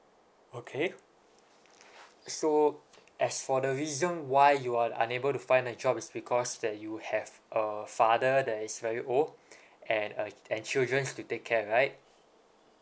okay so as for the reason why you are unable to find a job is because that you have a father that is very old and uh and children to take care right